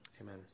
Amen